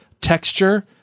texture